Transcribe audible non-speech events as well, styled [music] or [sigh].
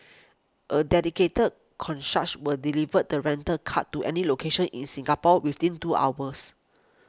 a dedicated [unintelligible] will deliver the rented car to any location in Singapore within two hours